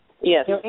Yes